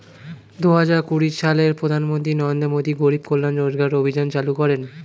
দুহাজার কুড়ি সালে প্রধানমন্ত্রী নরেন্দ্র মোদী গরিব কল্যাণ রোজগার অভিযান চালু করেন